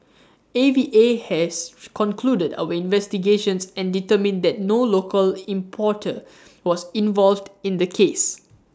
A V A has concluded our investigations and determined that no local importer was involved in the case